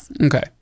Okay